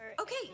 Okay